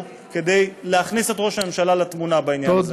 כדי להכניס את ראש הממשלה לתמונה בעניין הזה.